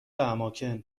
اماکن